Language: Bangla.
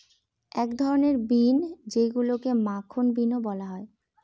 এক ধরনের বিন যেইগুলাকে মাখন বিনও বলা হয়